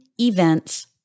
Events